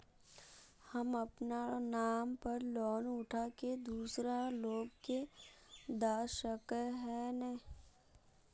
हम अपना नाम पर लोन उठा के दूसरा लोग के दा सके है ने